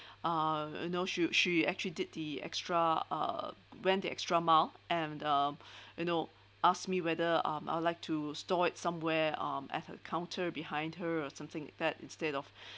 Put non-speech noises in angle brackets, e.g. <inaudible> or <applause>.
<breath> uh you know she she actually did the extra uh went the extra mile and the <breath> you know ask me whether um I'd like to store it somewhere um at a counter behind her or something that instead of